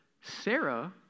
Sarah